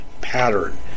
pattern